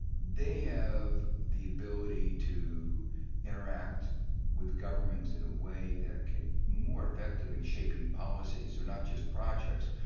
they have the ability to interact with governments in a way, that's more effective in shaping policies so not just projects,